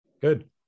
Good